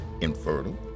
infertile